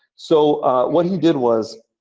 so what he did was,